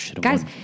Guys